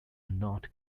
not